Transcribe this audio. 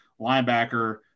linebacker